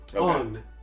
on